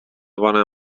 bona